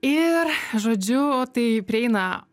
ir žodžiu tai prieina